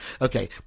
okay